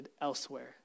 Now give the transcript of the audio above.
elsewhere